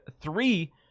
three